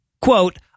quote